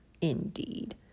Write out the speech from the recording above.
indeed